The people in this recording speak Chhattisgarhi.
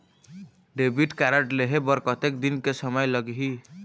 डेबिट कारड लेहे बर कतेक दिन के समय लगही?